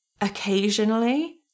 occasionally